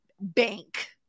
bank